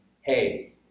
hey